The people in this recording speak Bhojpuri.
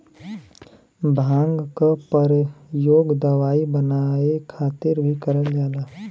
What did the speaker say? भांग क परयोग दवाई बनाये खातिर भीं करल जाला